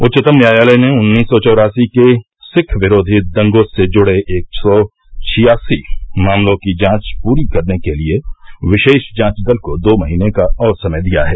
उच्चतम न्यायालय ने उन्नीस सौ चौरासी के सिख विरोधी दंगों से जुड़े एक सौ छियासी मामलों की जांच पूरी करने के लिए विशेष जांच दल को दो महीने का और समय दिया है